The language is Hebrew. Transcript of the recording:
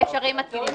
מ'.